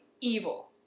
evil